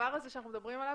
הדבר הזה שאנחנו מדברים עליו,